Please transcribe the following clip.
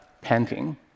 painting